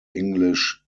english